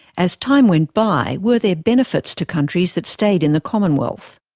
as time went by, were there benefits to countries that stayed in the commonwealth?